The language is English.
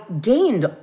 gained